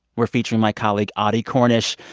we're featuring my colleague audie cornish.